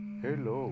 Hello